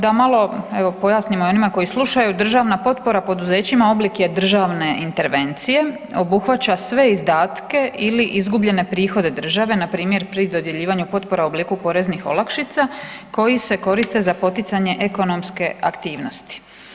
Da malo pojasnim onima koji slušaju, državna potpora poduzećima oblik je državne intervencije, obuhvaća sve izdatke ili izgubljene prihode države, npr. pri dodjeljivanju potpora u obliku poreznih olakšica koji se koriste za poticanje ekonomske aktivnosti.